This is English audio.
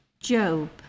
Job